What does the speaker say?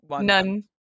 none